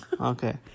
Okay